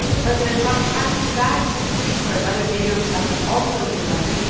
president trump packed his bags this week for another nato summit, also in london.